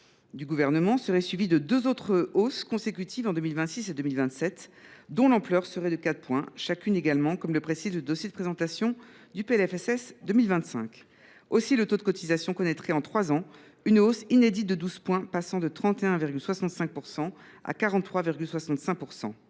du Gouvernement, serait suivie de deux autres hausses consécutives, en 2026 et 2027, de 4 points chacune également, comme le précise le dossier de présentation du PLFSS. Aussi, le taux de cotisation connaîtrait, en trois ans, une hausse inédite de 12 points, passant de 31,65 % à 43,65 %.